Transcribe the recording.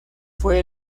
fue